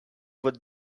would